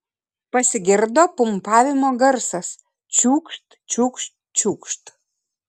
pasigirdo pumpavimo garsas čiūkšt čiūkšt čiūkšt